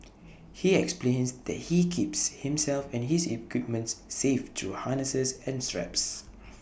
he explains that he keeps himself and his equipment safe through harnesses and straps